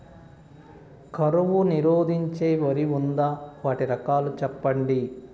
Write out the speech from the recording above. కరువు నిరోధించే వరి ఉందా? వాటి రకాలు చెప్పండి?